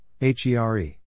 H-E-R-E